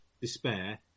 despair